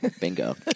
bingo